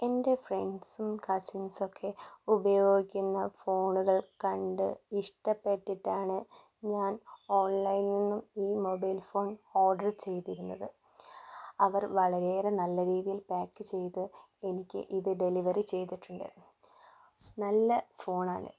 എന്റെ ഫ്രണ്ട്സും കസിൻസും ഒക്കെ ഉപയോഗിക്കുന്ന ഫോണുകൾ കണ്ട് ഇഷ്ടപ്പെട്ടിട്ടാണ് ഞാൻ ഓൺലൈനിൽ നിന്നും ഈ മൊബൈൽ ഫോൺ ഓർഡർ ചെയ്തിരുന്നത് അവർ വളരെയേറെ നല്ലരീതിയിൽ പാക്ക് ചെയ്ത് എനിക്ക് ഇത് ഡെലിവെറി ചെയ്തിട്ടുണ്ട് നല്ല ഫോണാണ്